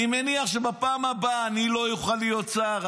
אני מניח שבפעם הבאה אני לא אוכל להיות שר,